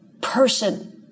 person